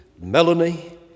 Melanie